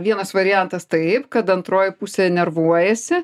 vienas variantas taip kad antroji pusė nervuojasi